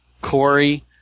Corey